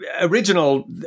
original